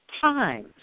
times